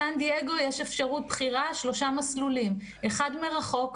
בסן דייגו יש אפשרות בחירה מתוך שלושה מסלולים: אחד כללי מרחוק,